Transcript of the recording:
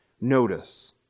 Notice